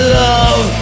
love